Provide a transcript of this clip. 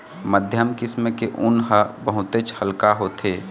मध्यम किसम के ऊन ह बहुतेच हल्का होथे